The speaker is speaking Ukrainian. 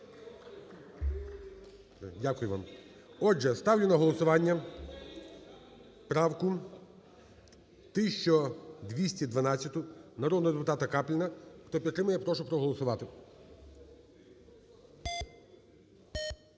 Дякую вам. Отже, ставлю на голосування правку 1212-у народного депутата Капліна. Хто підтримує, прошу проголосувати.